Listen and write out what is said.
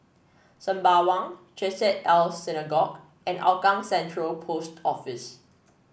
Sembawang Chesed El Synagogue and Hougang Central Post Office